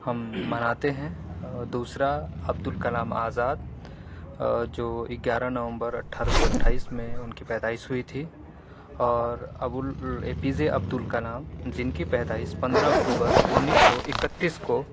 ہم مناتے ہیں اور دوسرا عبدالکلام آزاد جو گیارہ نومبر اٹھارہ سو اٹھائیس میں ان کی پیدائش ہوئی تھی اور ابل اے پی جے عبداکلام جن کی پیدائش پندرہ اکتوبر انیس سو اکتیس کو